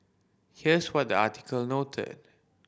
here's what the article noted